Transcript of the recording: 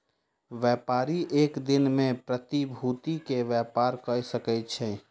व्यापारी एक दिन में प्रतिभूति के व्यापार कय सकै छै